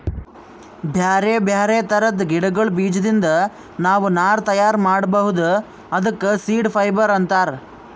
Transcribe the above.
ಬ್ಯಾರೆ ಬ್ಯಾರೆ ಥರದ್ ಗಿಡಗಳ್ ಬೀಜದಿಂದ್ ನಾವ್ ನಾರ್ ತಯಾರ್ ಮಾಡ್ಬಹುದ್ ಅದಕ್ಕ ಸೀಡ್ ಫೈಬರ್ ಅಂತಾರ್